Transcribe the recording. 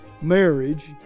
marriage